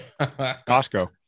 costco